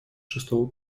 шестого